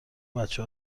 بچه